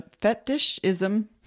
fetishism